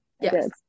Yes